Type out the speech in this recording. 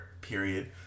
period